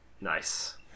Nice